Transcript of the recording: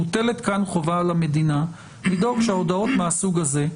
מוטלת כאן חובה על המדינה לדאוג שההודעות מהסוג הזה,